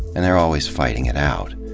and they're always fighting it out.